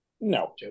No